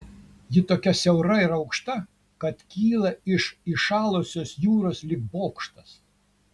ji tokia siaura ir aukšta kad kyla iš įšalusios jūros lyg bokštas